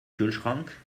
kühlschrank